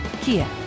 Kia